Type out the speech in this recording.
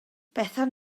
bethan